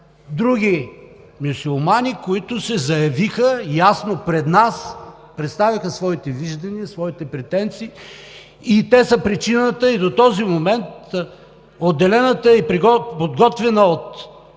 други мюсюлмани, които се заявиха ясно пред нас, представиха своите виждания, своите претенции. Те са причината и до този момент отделената и подготвена от